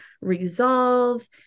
resolve